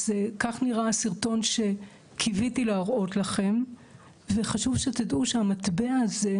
אז כך נראה הסרטון שקיוויתי להראות לכם וחשוב שתדעו שהמטבע הזה,